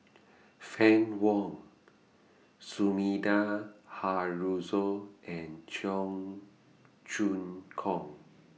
Fann Wong Sumida Haruzo and Cheong Choong Kong